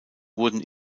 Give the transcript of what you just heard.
wurden